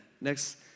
Next